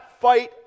fight